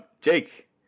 Jake